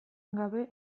gabe